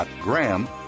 Graham